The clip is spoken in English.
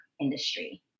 industry